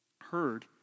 heard